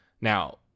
Now